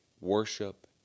worship